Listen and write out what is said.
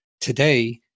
today